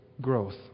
growth